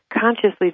consciously